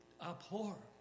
abhor